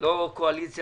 לא קואליציה